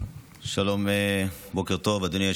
יש